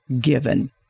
given